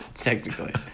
Technically